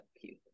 cute